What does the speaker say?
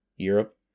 Europe